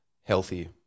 healthy